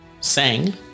sang